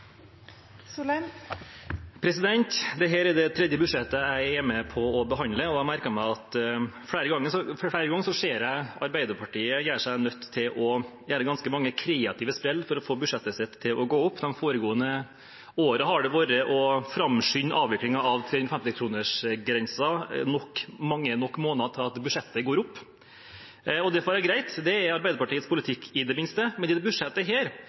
med på å behandle, og jeg har merket meg flere ganger at Arbeiderpartiet ser seg nødt til å gjøre ganske mange kreative sprell for å få budsjettet sitt til å gå opp. De foregående årene har det vært å framskynde avviklingen av 350-kronersgrensen mange nok måneder til at budsjettet går opp. Det får være greit, det er i det minste Arbeiderpartiets politikk, men i dette budsjettet